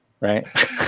right